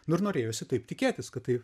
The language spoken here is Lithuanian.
nu ir norėjosi taip tikėtis kad tai